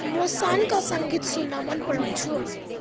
म सानका सङ्गीत सुन्न मन पराउँछु